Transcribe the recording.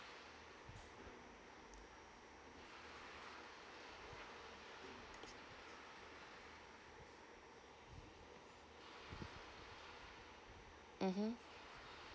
mmhmm